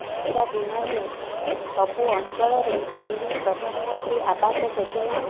ଆଜିକା ଦିନରେ ସବୁ ଅଞ୍ଚଳରେ ଏହି ପ୍ରଧାନମନ୍ତ୍ରୀ ଆବାସ ଯୋଜନା